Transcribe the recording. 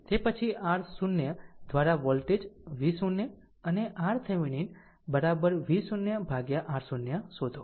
તે પછી R0 દ્વારા વોલ્ટેજ V0 અને RThevenin V0 by R0 શોધો